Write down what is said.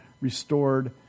restored